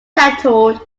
settled